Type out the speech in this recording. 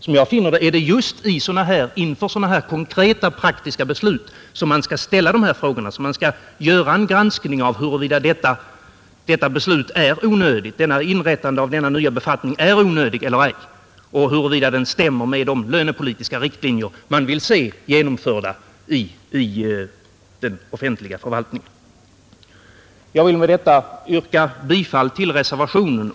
Enligt min mening är det just inför sådana här konkreta beslut som dessa frågor skall ställas och en granskning göras huruvida beslutet i fråga är onödigt, om inrättandet av denna nya befattning är onödigt eller ej och huruvida beslutet stämmer med de lönepolitiska riktlinjer vi vill se genomförda i Jag vill med detta yrka bifall till reservationen.